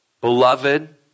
Beloved